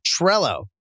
Trello